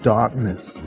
Darkness